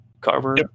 Carver